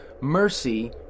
mercy